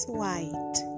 white